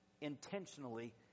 intentionally